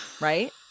Right